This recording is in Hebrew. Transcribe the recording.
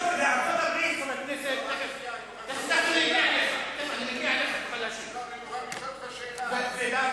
חבר הכנסת טיבי, אני מוכרח לשאול אותך שאלה.